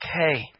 okay